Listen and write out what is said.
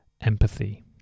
empathy